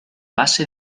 base